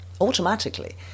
automatically